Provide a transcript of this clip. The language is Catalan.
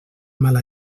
mala